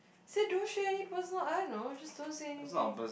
say don't share any person I don't know just don't say anything